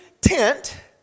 tent